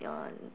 your